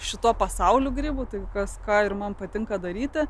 šituo pasauliu grybu tai kas ką ir man patinka daryti